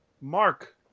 Mark